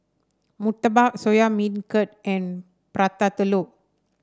murtabak Soya Beancurd and Prata Telur